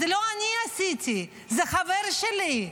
זה לא אני עשיתי, זה חבר שלי.